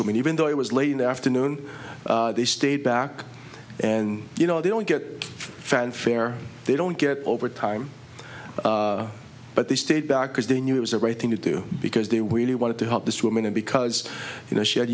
woman even though it was late in the afternoon they stayed back and you know they don't get fanfare they don't get overtime but they stayed back because they knew it was the right thing to do because they really wanted to help this woman and because you know she had